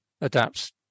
adapts